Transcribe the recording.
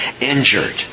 injured